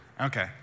Okay